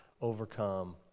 overcome